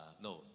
no